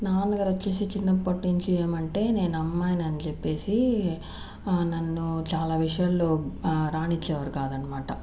నాన్నగారు వచ్చేసి చిన్నప్పట్నించి ఏమంటే నేను అమ్మాయిని అని చెప్పేసి నన్ను చాలా విషయాల్లో రానిచ్చేవారు కాదనమాట